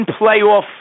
playoff